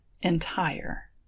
entire